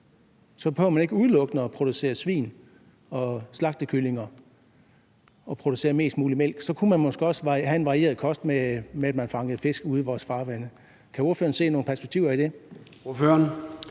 Så behøver man ikke udelukkende at producere svin og slagtekyllinger og producere mest muligt mælk. Så kunne man måske også have en varieret kost, ved at man fangede fisk ude i vores farvande. Kan ordføreren se nogle perspektiver i det?